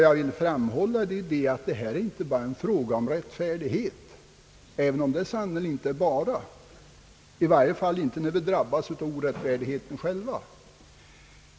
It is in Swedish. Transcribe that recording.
Jag vill framhålla att det här inte bara är en fråga om rättfärdighet, även om det sannerligen inte är »bara», i varje fall inte när vi själva drabbas av orättfärdigheten.